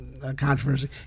controversy